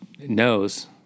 knows